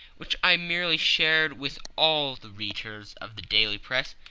which i merely shared with all the readers of the daily press,